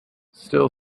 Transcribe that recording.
still